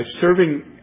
serving